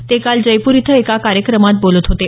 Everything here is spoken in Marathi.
ते काल जयपूर इथं एका कार्यक्रमात बोलत होते